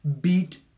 beat